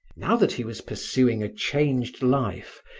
now that he was pursuing a changed life,